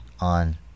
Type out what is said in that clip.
on